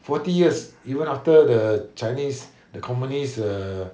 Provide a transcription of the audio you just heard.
forty years even after the chinese the communist err